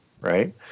right